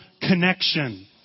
Connection